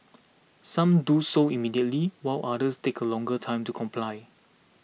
some do so immediately while others take a longer time to comply